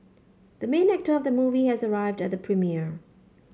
the main actor of the movie has arrived at the premiere